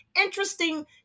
interesting